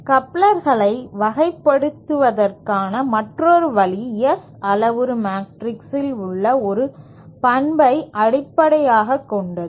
கப்ளர்களை வகைப்படுத்துவதற்கான மற்றொரு வழி S அளவுரு மேட்ரிக்ஸில் உள்ள ஒரு பண்பை அடிப்படையாகக் கொண்டது